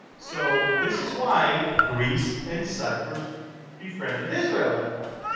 so this is why greece and cyprus befriended israel right now.